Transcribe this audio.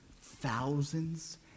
thousands